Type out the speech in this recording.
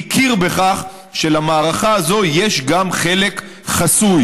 הכיר בכך שלמערכה הזאת יש גם חלק חסוי.